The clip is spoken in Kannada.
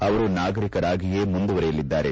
ಅವರು ನಾಗರಿಕರಾಗಿಯೇ ಮುಂದುವರೆಯಲಿದ್ದಾರೆ